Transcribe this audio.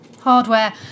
hardware